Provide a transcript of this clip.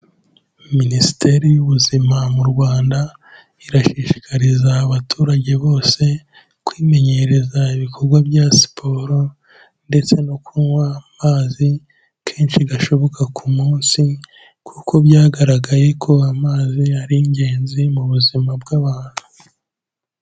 Minisiteri y'ubuzima mu Rwanda, irashishikariza abaturage bose, kwimenyereza ibikorwa bya siporo, ndetse no kunywa amazi, kenshi gashoboka, ku munsi, kuko byagaragaye ko amazi ari ingenzi mu buzima, bw'abantu.